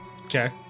Okay